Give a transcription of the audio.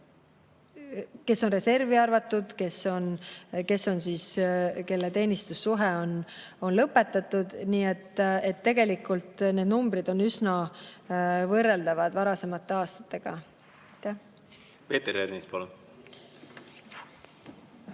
kes on reservi arvatud, kelle teenistussuhe on lõpetatud. Nii et tegelikult need numbrid on üsna võrreldavad varasemate aastate omadega. Peeter Ernits,